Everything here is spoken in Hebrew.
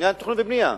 תכנון ובנייה.